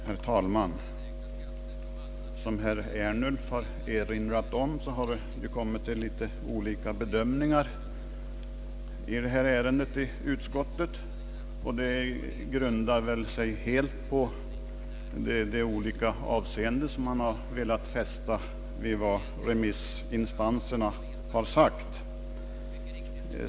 Herr talman! Det har, som herr Ernulf erinrat om, inom utskottet förekommit olika bedömningar i detta ärende. Anledningen härtill är väl närmast vilket avseende man har velat fästa vid remissinstansernas utlåtande.